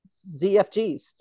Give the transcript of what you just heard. ZFGs